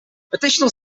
additional